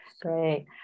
Great